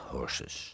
Horses